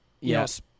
yes